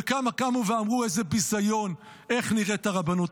וכמה קמו ואמרו: איזה ביזיון איך נראית הרבנות.